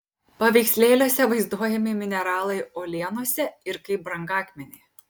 paveikslėliuose vaizduojami mineralai uolienose ir kaip brangakmeniai